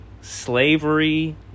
slavery